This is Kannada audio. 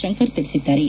ಶಂಕರ್ ತಿಳಿಸಿದ್ದಾರೆ